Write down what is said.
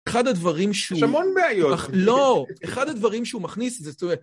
אחד הדברים שהוא... יש המון בעיות. לא. אחד הדברים שהוא מכניס, זאת אומרת...